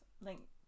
Link